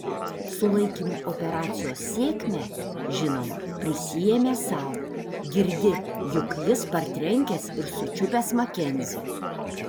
sulaikymo operacijos sėkmę žinoma prisiėmė sau girdi juk jis partrenkęs ir sučiupęs makenzį